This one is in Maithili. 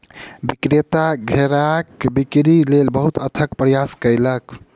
विक्रेता घेराक बिक्री लेल बहुत अथक प्रयास कयलक